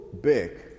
big